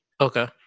okay